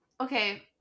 okay